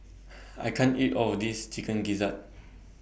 I can't eat All of This Chicken Gizzard